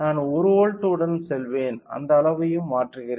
நான் 1 வோல்ட் உடன் செல்வேன் அதன் அளவையும் மாற்றுகிறேன்